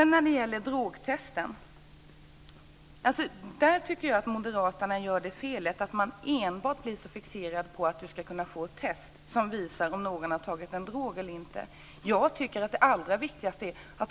När det gäller drogtest tycker jag att moderaterna gör felet att man blir fixerad enbart på att du ska kunna få ett test som visar om någon har tagit en drog eller inte.